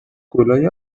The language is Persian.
گـلای